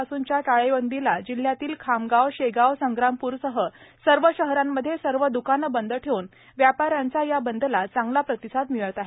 पासूनच्या टाळेबंदीला जिल्हयातील खामगावशेगावसंग्रामपूरसह सर्व शहरामध्ये सर्व द्काने बंद ठेवून व्यापाऱ्याचा या बंदला चांगला प्रतिसाद मिळत आहे